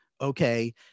Okay